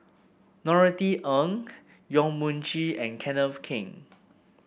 Norothy Ng Yong Mun Chee and Kenneth Keng